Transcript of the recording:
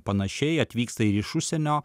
panašiai atvyksta iš užsienio